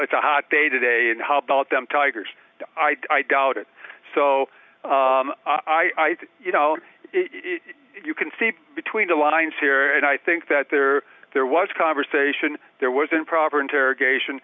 it's a hot day today and how about them tigers i doubt it so i think you know you can see between the lines here and i think that there there was a conversation there was an improper interrogation